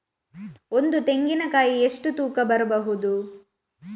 ಒಂದು ತೆಂಗಿನ ಕಾಯಿ ಎಷ್ಟು ತೂಕ ಬರಬಹುದು?